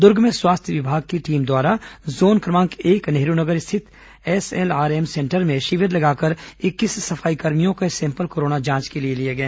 दुर्ग में स्वास्थ्य विभाग की टीम द्वारा जोन क्रमांक एक नेहरू नगर स्थित एसएलआरएम सेंटर में शिविर लगाकर इक्कीस सफाईकर्मियों के सैंपल कोरोना जांच के लिए गए